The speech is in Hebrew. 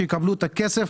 שיקבלו את הכסף,